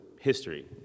history